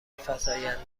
فزایندهای